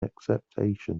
acceptation